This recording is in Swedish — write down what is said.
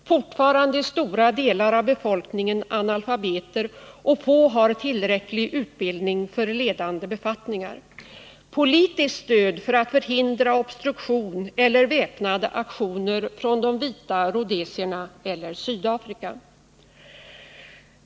Fortfarande är stora delar av befolkningen analfabeter, och få har tillräcklig utbildning för ledande befattningar. Politiskt stöd behövs för att man skall kunna förhindra obstruktion eller väpnade aktioner från de vita rhodesierna eller Sydafrika.